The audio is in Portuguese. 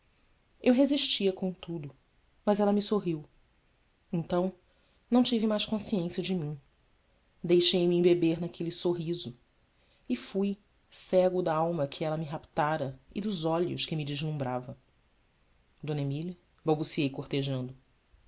eu resistia contudo mas ela me sorriu então não tive mais consciência de mim deixei-me embeber naquele sorriso e fui cego d'alma que ela me raptara e dos olhos que me deslumbrava mília balbuciei cortejando